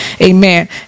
Amen